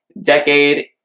decade